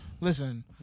Listen